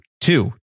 two